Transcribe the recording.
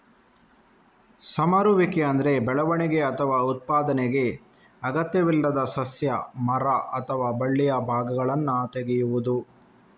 ಸಮರುವಿಕೆ ಅಂದ್ರೆ ಬೆಳವಣಿಗೆ ಅಥವಾ ಉತ್ಪಾದನೆಗೆ ಅಗತ್ಯವಿಲ್ಲದ ಸಸ್ಯ, ಮರ ಅಥವಾ ಬಳ್ಳಿಯ ಭಾಗಗಳನ್ನ ತೆಗೆಯುದು